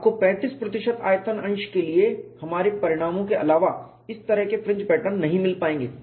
आपको 35 प्रतिशत आयतन अंश के लिए हमारे परिणामों के अलावा इस तरह के फ्रिंज पैटर्न नहीं मिल पाएंगे